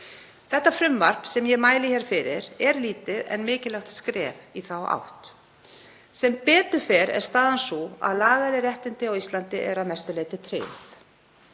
spyrna. Frumvarpið sem ég mæli hér fyrir er lítið en mikilvægt skref í þá átt. Sem betur fer er staðan sú að lagaleg réttindi á Íslandi eru að mestu leyti tryggð.